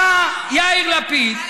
מצא יאיר לפיד,